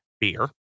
beer